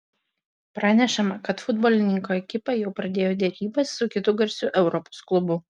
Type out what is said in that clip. pranešama kad futbolininko ekipa jau pradėjo derybas su kitu garsiu europos klubu